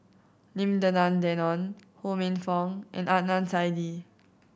Lim Denan Denon Ho Minfong and Adnan Saidi